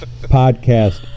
Podcast